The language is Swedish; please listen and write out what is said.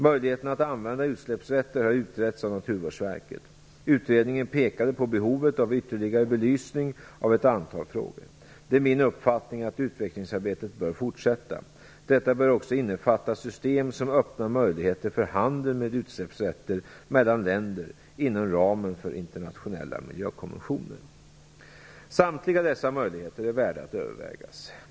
Möjligheten att använda utsläppsrätter har utretts av Naturvårdsverket. Utredningen pekade på behovet av ytterligare belysning av ett antal frågor. Det är min uppfattning att utvecklingsarbetet bör fortsätta. Detta bör också innefatta system som öppnar möjligheter för handel med utsläppsrätter mellan länder, inom ramen för internationella miljökonventioner. Samtliga dessa möjligheter är värda att övervägas.